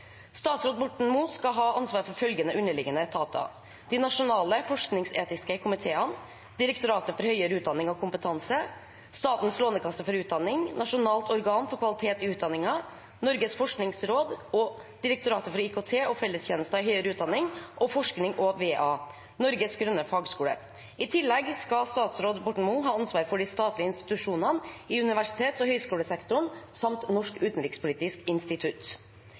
Statsråd Borten Moe skal ha ansvaret for følgende underliggende etater: De nasjonale forskningsetiske komiteene, Direktoratet for høyere utdanning og kompetanse, Statens lånekasse for utdanning, Nasjonalt organ for kvalitet i utdanningen, Norges forskningsråd, Direktoratet for IKT og fellestjenester i høyere utdanning og forskning og Vea – Norges grønne fagskole. I tillegg skal statsråd Borten Moe ha ansvaret for de statlige institusjonene i universitets- og høyskolesektoren, samt Norsk utenrikspolitisk institutt.